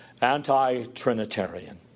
anti-Trinitarian